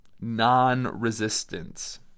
non-resistance